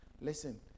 Listen